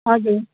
हजुर